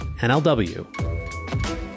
NLW